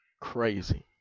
Crazy